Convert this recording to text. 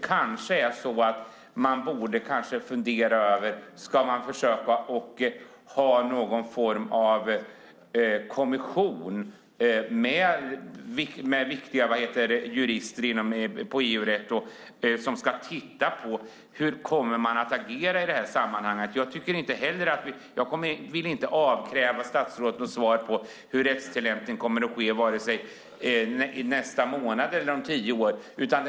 Kanske borde vi fundera över någon form av kommission med viktiga jurister på EU-rätt som ska titta på hur man ska agera i det här sammanhanget. Jag vill inte avkräva statsrådet något svar på hur rättstillämpningen kommer att ske vare sig nästa månad eller om tio år.